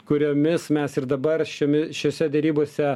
kuriomis mes ir dabar šiame šiose derybose